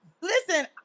Listen